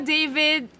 David